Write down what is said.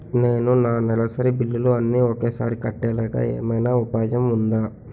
నేను నా నెలసరి బిల్లులు అన్ని ఒకేసారి కట్టేలాగా ఏమైనా ఉపాయం ఉందా?